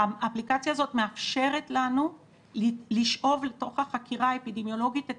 האפליקציה הזאת מאפשרת לנו לשאוב לתוך החקירה האפידמיולוגית את